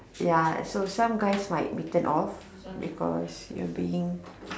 ya so some guys might be turned off because you're being